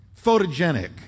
photogenic